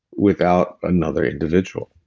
without another individual